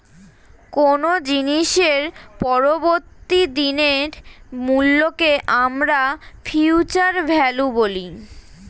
কোনো জিনিসের পরবর্তী দিনের মূল্যকে আমরা ফিউচার ভ্যালু বলি